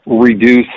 reduce